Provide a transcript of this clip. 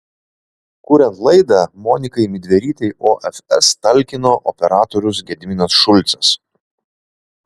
kuriant laidą monikai midverytei ofs talkino operatorius gediminas šulcas